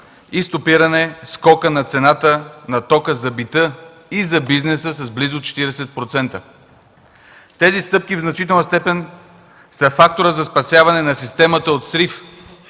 и стопиране скока на цената на тока за бита и за бизнеса с близо 40%. Тези стъпки в значителна степен са фактор за спасяване на системата от срив